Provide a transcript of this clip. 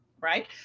right